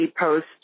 post